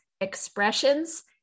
expressions